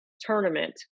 tournament